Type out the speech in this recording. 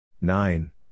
nine